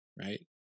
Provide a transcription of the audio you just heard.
right